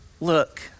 look